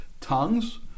Tongues